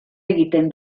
egiten